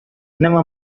never